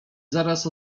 zaraz